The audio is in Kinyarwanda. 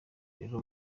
rero